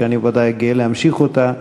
שאני ודאי גאה להמשיך אותה,